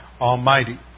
Almighty